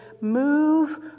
Move